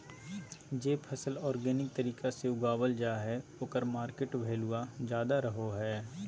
जे फसल ऑर्गेनिक तरीका से उगावल जा हइ ओकर मार्केट वैल्यूआ ज्यादा रहो हइ